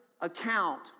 account